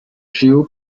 géo